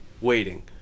waiting